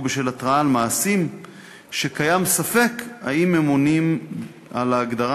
בשל התרעה על מעשים שקיים ספק אם הם עונים על ההגדרה